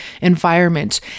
environment